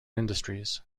industries